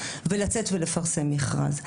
ולצאת ולפרסם מכרז.